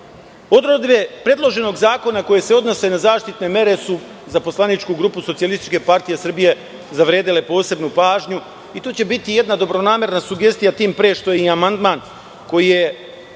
Odredbe predloženog zakona koje se odnose na zaštitne mere za poslaničku grupu SPS zavredele posebnu pažnju i to će biti jedna dobronamerna sugestija, tim pre što je i amandman, koji je,